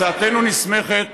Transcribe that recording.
הצעתנו נסמכת